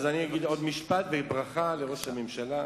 אז אני אגיד עוד משפט וברכה לראש הממשלה.